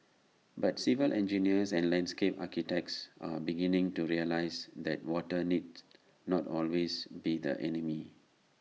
but civil engineers and landscape architects are beginning to realise that water needs not always be the enemy